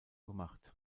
gemacht